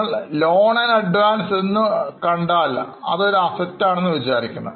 നിങ്ങൾ loan advance എന്ന് കണ്ടാൽ അതൊരു Asset ആണെന്ന് വിചാരിക്കണം